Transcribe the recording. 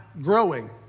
growing